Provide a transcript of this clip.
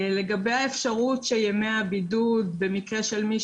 לגבי האפשרות שימי הבידוד במקרה של מי